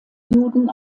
juden